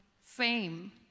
fame